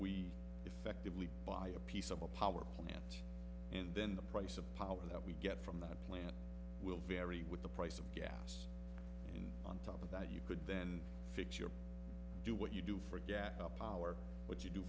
we effectively buy a piece of a power plant and then the price of power that we get from that plant will vary with the price of gas and on top of that you could then fix your do what you do for gas power what you do